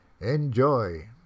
Enjoy